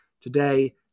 today